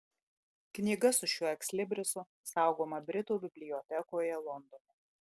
knyga su šiuo ekslibrisu saugoma britų bibliotekoje londone